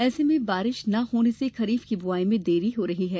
ऐसे में बारिश न होने से खरीफ की बुआई में देरी हो रही है